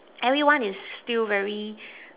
everyone is still very